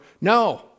No